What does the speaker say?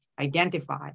identify